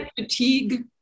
fatigue